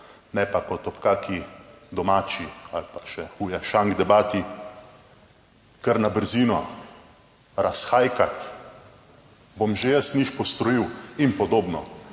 ne pa kot ob kakšni domači ali pa še huje, šank debati, kar na brzino razhajkati, bom že jaz njih postrojil in podobno,